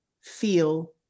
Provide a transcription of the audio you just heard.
feel